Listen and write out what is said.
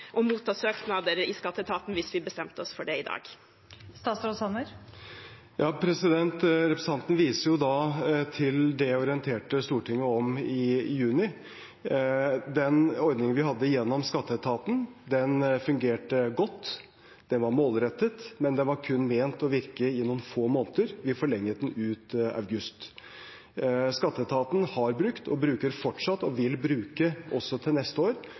motta søknader i skatteetaten hvis vi bestemte oss for det i dag? Representanten viser til det jeg orienterte Stortinget om i juni. Den ordningen vi hadde gjennom skatteetaten, fungerte godt, den var målrettet, men den var kun ment å virke i noen få måneder. Vi forlenget den ut august. Skatteetaten har brukt, bruker fortsatt og vil også til neste år